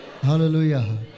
Hallelujah